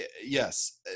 yes